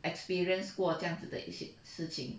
experience 过这样子的一些事情